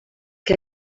que